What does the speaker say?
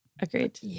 Agreed